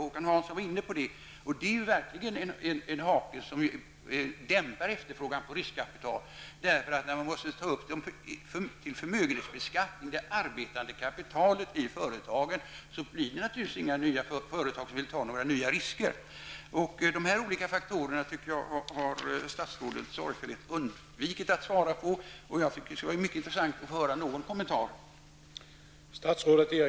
Håkan Hansson tog också upp den frågan. Det är verkligen en hake som dämpar efterfrågan på riskkapital. När man måste ta upp det arbetande kapitalet i företagen till förmögenhetsbeskattning finns det naturligtvis inga nya företag som vill ta några risker. Jag tycker att statsrådet har sorgfälligt undvikit att svara på dessa olika faktorer. Det skulle vara mycket intressant att få höra kommentarer.